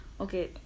Okay